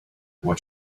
what